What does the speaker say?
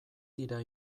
dira